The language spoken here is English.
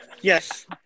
Yes